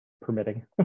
permitting